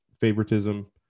favoritism